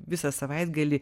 visą savaitgalį